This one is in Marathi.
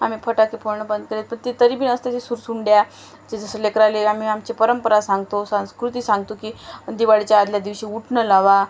आम्ही फटाके फोडणं बंद केलं पण ते तरीबीन असते जे सुरसुंड्या जे जसं लेकराला आम्ही आमची परंपरा सांगतो संस्कृती सांगतो की दिवाळीच्या आदल्या दिवशी उटणं लावा